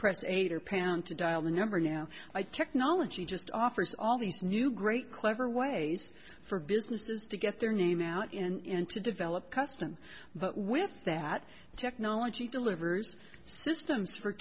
press eight or pant to dial the number now i technology just offers all these new great clever ways for businesses to get their name out and to develop custom but with that technology delivers systems for